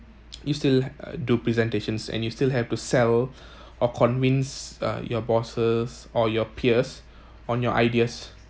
you still uh do presentations and you still have to sell or convince uh your bosses or your peers on your ideas